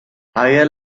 higher